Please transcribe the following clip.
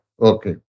Okay